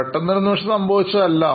പെട്ടെന്നൊരു നിമിഷം ഉൽഭവിച്ചത് അല്ല